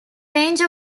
range